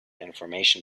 information